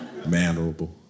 mannerable